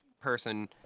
person